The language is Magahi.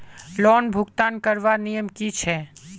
लोन भुगतान करवार नियम की छे?